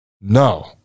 No